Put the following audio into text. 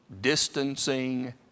distancing